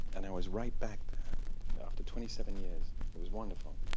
and i was right back there after twenty seven years. it was wonderful.